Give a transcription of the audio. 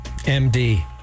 MD